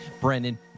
Brandon